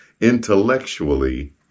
intellectually